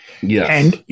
Yes